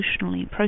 emotionally